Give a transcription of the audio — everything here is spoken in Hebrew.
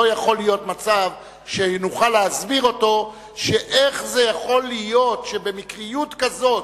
לא יכול להיות מצב שנוכל להסביר איך זה יכול להיות שבמקריות כזאת,